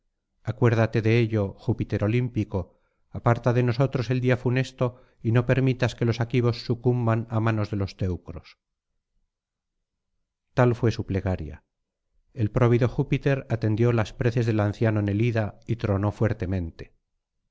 acuérdate de ello júpiter olímpico aparta de nosotros el día funesto y no permitas que los aquivos sucumban á manos de los teucros tal fué su plegaria el próvido júpiter atendió las preces del anciano nelida y tronó fuertemente